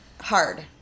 hard